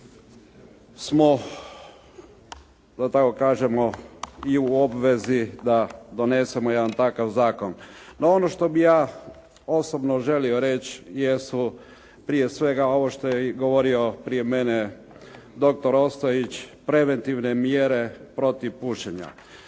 smo, da tako kažemo i u obvezi da donesemo jedan takav zakon. No ono što bih ja osobno želio reći jesu prije svega ovo što je govorio prije mene doktor Ostojić preventivne mjere protiv pušenja.